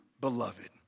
beloved